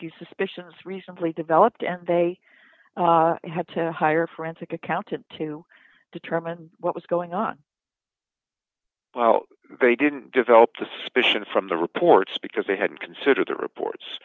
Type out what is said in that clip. these suspicions recently developed and they had to hire forensic accountant to determine what was going on well they didn't develop the suspicion from the reports because they hadn't considered the reports